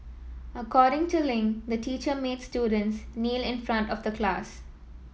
according to Ling the teacher made students kneel in front of the class